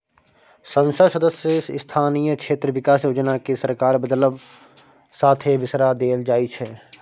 संसद सदस्य स्थानीय क्षेत्र बिकास योजना केँ सरकार बदलब साथे बिसरा देल जाइ छै